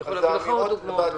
ואני יכול להביא לך עוד דוגמאות.